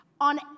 on